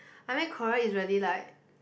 I mean Korea is really like